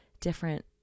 different